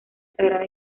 sagrada